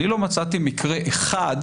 אני לא מצאתי מקרה אחד